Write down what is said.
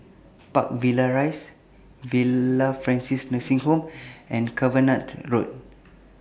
Park Villas Rise Villa Francis Nursing Home and Cavenagh Road